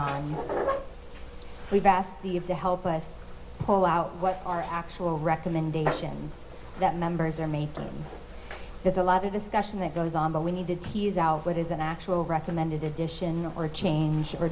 on we've asked the of to help us pull out what our actual recommendations that members are made there's a lot of discussion that goes on the we need to tease out what is an actual recommended addition or a change or